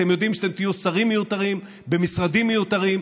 אתם יודעים שאתם תהיו שרים מיותרים במשרדים מיותרים,